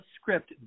script